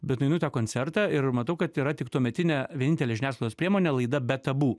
bet nueinu į tą koncertą ir matau kad yra tik tuometinė vienintelė žiniasklaidos priemonė laida be tabu